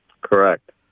correct